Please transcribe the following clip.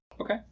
Okay